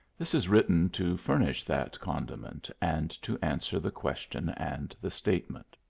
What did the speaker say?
this is written to furnish that condiment, and to answer the question and the statement.